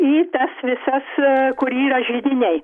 į tas visas kur yra židiniai